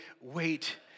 wait